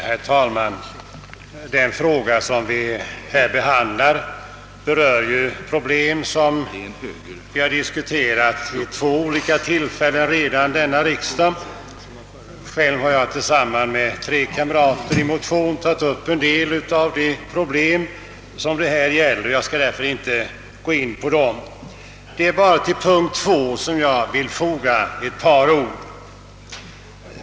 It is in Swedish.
Herr talman! Den fråga som vi här behandlar rör problem, som vi redan har diskuterat vid två olika tillfällen denna riksdag. Själv har jag tillsammans med tre kamrater i motion tagit upp en del av de aktuella spörsmålen, och jag skall därför inte nu gå in på dem. Det är bara till punkten B jag vill foga ett par ord.